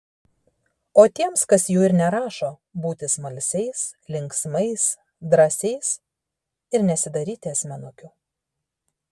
o tiems kas jų ir nerašo būti smalsiais linksmais drąsiais ir nesidaryti asmenukių